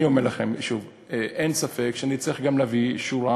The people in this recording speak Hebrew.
אני אומר לכם שוב: אין ספק שנצטרך גם להביא שורה,